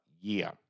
year